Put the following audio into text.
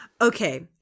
Okay